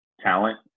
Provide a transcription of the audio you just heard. talent